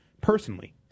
Personally